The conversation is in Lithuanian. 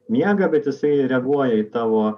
miega bet jisai reaguoja į tavo